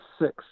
six